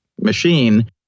machine